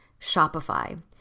Shopify